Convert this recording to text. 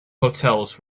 hotels